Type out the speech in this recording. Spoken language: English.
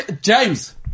James